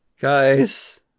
Guys